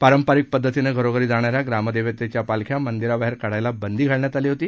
पारंपरिक पद्धतीनं घरोघरी जाणाऱ्या ग्रामदेवतेच्या पालख्या मंदिराबाहेर काढण्यास बंदी घालण्यात आली होती